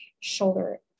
shoulder